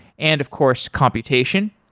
and of course computation.